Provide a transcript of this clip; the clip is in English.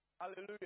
Hallelujah